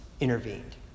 intervened